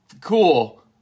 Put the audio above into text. cool